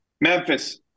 Memphis